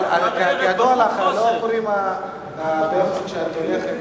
אבל, כידוע לך, לא קוראים באמצע כשאת הולכת.